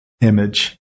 image